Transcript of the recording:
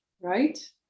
right